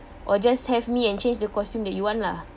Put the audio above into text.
or just have me and change the costume that you want lah